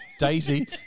Daisy